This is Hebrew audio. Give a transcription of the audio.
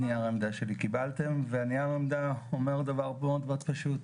את נייר העמדה שלי קיבלתם ונייר העמדה אומר דבר מאוד מאוד פשוט,